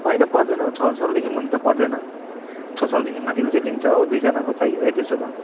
हैन पर्दैन छ सालदेखि मुनि त पर्दैन छ सालदेखि माथिको चाहिँ लिन्छ हो दुईजनाको चाहियो है त्यसोभए